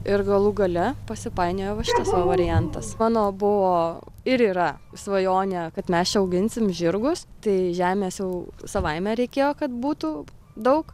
ir galų gale pasipainiojo va šitas variantas mano buvo ir yra svajonė kad mes čia auginsim žirgus tai žemės jau savaime reikėjo kad būtų daug